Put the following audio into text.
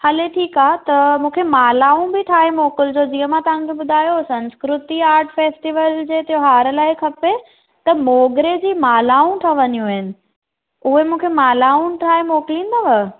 हले ठीकु आहे त मूंखे मालाऊं बि ठाहे मोकिलिजो जीअं मां तव्हांखे ॿुधायो संस्कृति आर्ट फेस्टिवल हुजे त्योहार लाइ खपे त मोगरे जी मालाऊं ठहंदियूं आहिनि उहे मूंखे मालाऊं ठाहे मोकिलिदांव